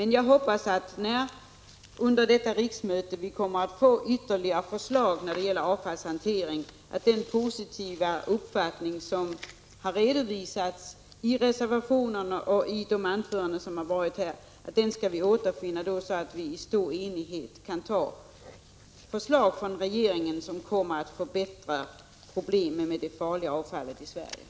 När det under detta riksmöte kommer ytterligare förslag om avfallshantering hoppas jag att den positiva uppfattning som redovisas i reservationerna och i anförandena här återfinns och att vi i stor enighet kan anta det förslag från regeringen som kommer att förbättra problemen med det farliga avfallet i Sverige.